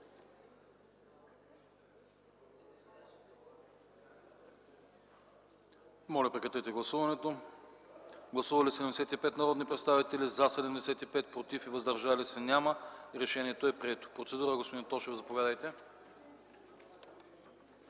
по правни въпроси.” Гласували 75 народни представители: за 75, против и въздържали се няма. Решението е прието. Процедура – господин Тошев, заповядайте.